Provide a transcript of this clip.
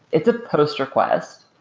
it's a post request.